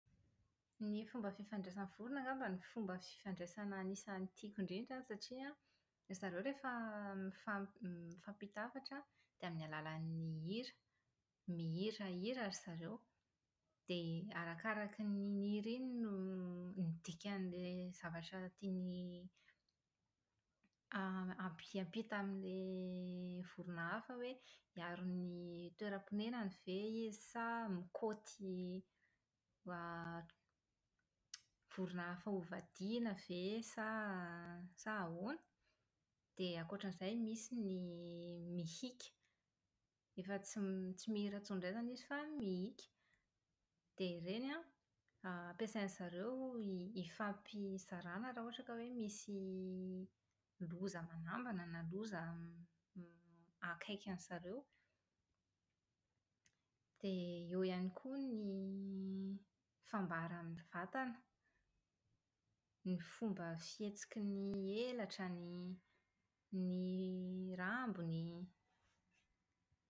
Ny fomba fifandraisan'ny vorona angamba no fomba fifandraisana anisan'ny tiako indrindra an, satria an, zareo rehefa mifam- mifampita hafatra an, dia amin'ny alalan'ny hira. Mihirahira ry zareo. Dia arakaraka iny hira iny no ny dikan'ilay zavatra tiany am- hiampi- hiampita amin'ilay vorona hafa hoe miaro ny toeram-ponenany ve izy sa mikaoty > vorona hafa hovadiana ve sa sa ahoana. Dia ankoatra an'izay misy ny mihika, efa tsy tsy mihira intsony indray izany izy fa mihika. Dia ireny ampiasain-dry zareo rehefa misy loza manambana na loza akaiky an-dry zareo dia eo ihany koa ny fambara amin'ny vatana. Ny fomba fihetsiky ny elatra, ny ny rambony.